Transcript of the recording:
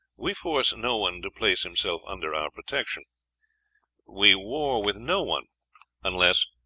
we force no one to place himself under our protection we war with no one unless,